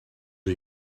are